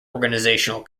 organizational